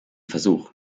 versuch